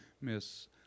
Miss